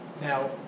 Now